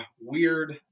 weird